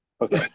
okay